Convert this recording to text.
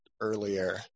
earlier